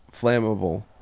flammable